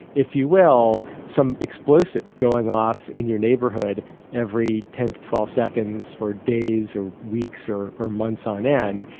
if you will, some explosive going off in your neighbourhood every ten to twelve seconds for days or weeks or or months on end.